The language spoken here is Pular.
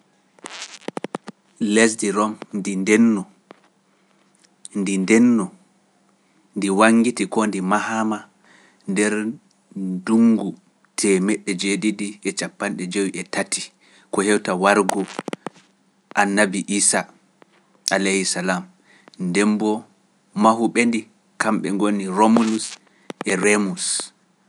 Lesdi Rom ndi ndenno ndi wangiti ko ndi mahaama nder ndungu mawngu ko hewta wargu annabi Iisaa alee yisalaam ndemboo mahuɓe ndi kamɓe ngoni Roomulus e Remus.